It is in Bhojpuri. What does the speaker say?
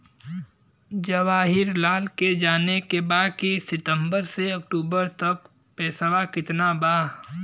जवाहिर लाल के जाने के बा की सितंबर से अक्टूबर तक के पेसवा कितना बा?